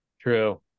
True